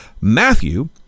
Matthew